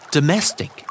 Domestic